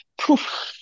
poof